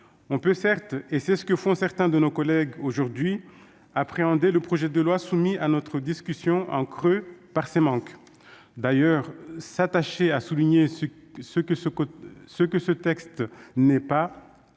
On peut certes, comme le font certains de nos collègues aujourd'hui, appréhender le projet de loi soumis à notre discussion en creux, par ses manques. D'ailleurs, s'attacher à souligner ce que ce texte n'est pas